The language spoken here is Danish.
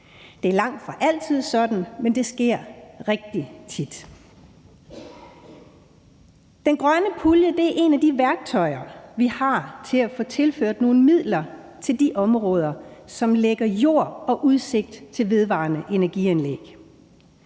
Det er langt fra altid sådan, men det sker rigtig tit. Den grønne pulje er et af de værktøjer, vi har til at få tilført nogle midler til de områder, som lægger jord og udsigt til vedvarende energi-anlæg,